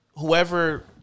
Whoever